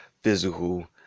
physical